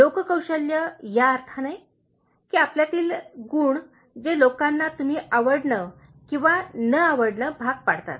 लोक कौशल्य या अर्थाने की आपल्यातील गुण जे लोकांना तुम्ही आवडणे किंवा न आवडणे भाग पाडतात